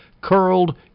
curled